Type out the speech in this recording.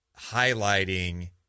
highlighting –